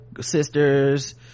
sister's